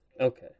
Okay